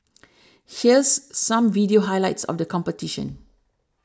here's some video highlights of the competition